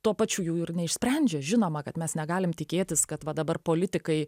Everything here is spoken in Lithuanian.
tuo pačiu jų ir neišsprendžia žinoma kad mes negalim tikėtis kad va dabar politikai